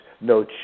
no